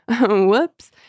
Whoops